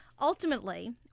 ultimately